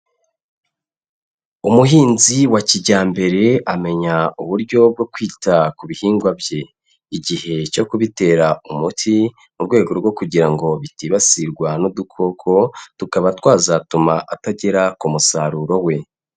Umuhinzi wa kijyambere amenya uburyo bwo kwita ku bihingwa bye, igihe cyo kubitera umuti, mu rwego rwo kugira ngo bitibasirwa n'udukoko, tukaba twazatuma atagera ku musaruro we.